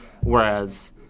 whereas